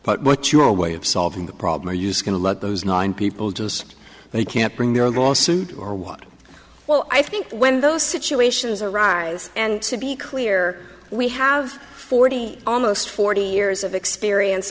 what your way of solving the problem or use going to let those nine people just they can't bring their lawsuit or what well i think when those situations arise and to be clear we have forty almost forty years of experience